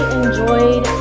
enjoyed